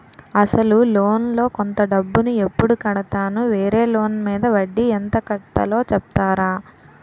అసలు లోన్ లో కొంత డబ్బు ను ఎప్పుడు కడతాను? వేరే లోన్ మీద వడ్డీ ఎంత కట్తలో చెప్తారా?